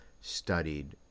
studied